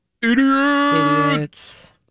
Idiots